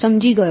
સમજી ગયો